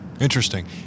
Interesting